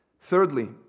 Thirdly